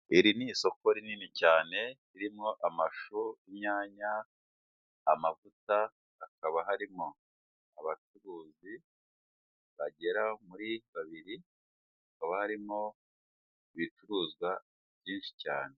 Iri ni isoko rini cyane ririmo amashu n'inyanya, amavuta hakaba harimo abacuruzi bagera muri babiri kaba harimo ibicuruzwa byinshi cyane.